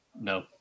No